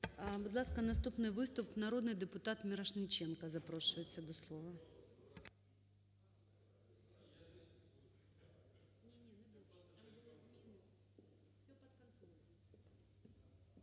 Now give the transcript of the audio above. Будь ласка, наступний виступ, народний депутат Мірошниченко запрошується до слова.